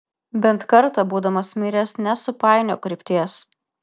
bent kartą būdamas miręs nesupainiok krypties